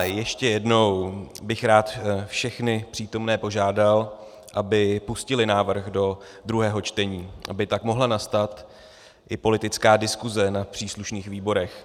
Ještě jednou bych rád všechny přítomné požádal, aby pustili návrh do druhého čtení, aby tak mohla nastat i politická diskuse na příslušných výborech.